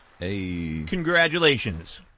Congratulations